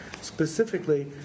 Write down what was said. specifically